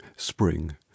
Spring